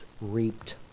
reaped